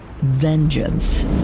VENGEANCE